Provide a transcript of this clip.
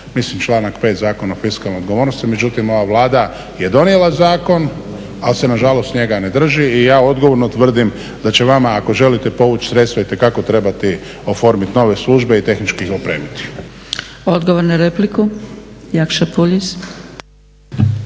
mislim članak 5. Zakona o fiskalnoj odgovornosti. Međutim, ova Vlada je donijela zakon ali se nažalost njega ne drži i ja odgovorno tvrdim da će vama ako želite povući sredstva itekako trebati oformit nove službe i tehnički ih opremiti. **Zgrebec, Dragica